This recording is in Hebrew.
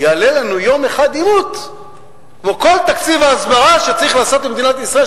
יעלה לנו יום אחד עימות כמו כל תקציב ההסברה שצריך לעשות במדינת ישראל,